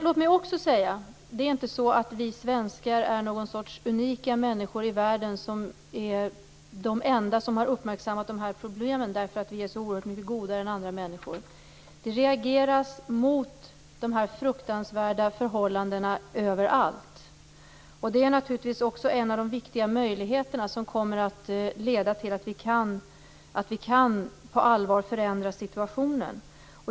Låt mig vidare säga att vi svenskar inte är någon sorts unika människor i världen som är de enda som uppmärksammat de här problemen därför att vi är så oerhört mycket godare än andra människor. Det reageras mot de fruktansvärda förhållandena överallt. Det är naturligtvis en av de viktiga möjligheterna, som kommer att leda till att vi på allvar kan förändra situationen.